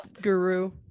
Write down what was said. guru